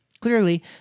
Clearly